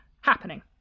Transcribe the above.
happening